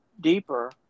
deeper